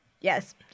Yes